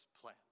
plan